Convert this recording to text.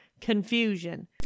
confusion